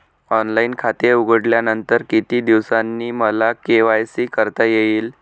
Online खाते उघडल्यानंतर किती दिवसांनी मला के.वाय.सी करता येईल?